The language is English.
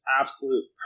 absolute